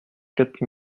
quatre